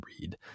read